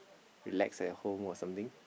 relax at home or something